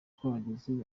twahageze